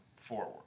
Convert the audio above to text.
forward